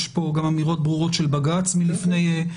יש פה גם אמירות ברורות של בג"ץ מלפני שנה.